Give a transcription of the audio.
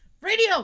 Radio